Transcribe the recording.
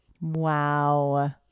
Wow